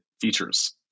features